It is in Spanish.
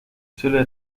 suele